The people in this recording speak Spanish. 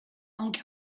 aunque